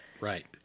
right